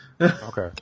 okay